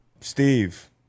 Steve